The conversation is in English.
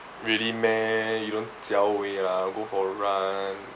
really meh you don't lah go for run